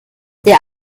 der